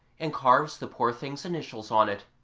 and carves the poor thing's initials on it.